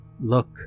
Look